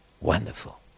wonderful